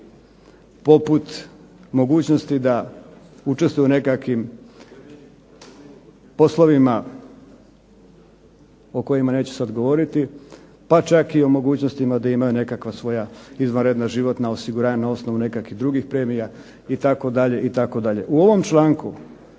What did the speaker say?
poput mogućnosti da učestvuju na nekakvim poslovima o kojima neću sad govoriti, pa čak i o mogućnostima da imaju nekakva svoja izvanredna životna osiguranja na osnovu nekakvih drugih premija itd., itd. U ovom članku